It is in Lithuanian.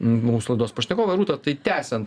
m mūsų laidos pašnekovė rūta tai tęsiant